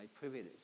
privilege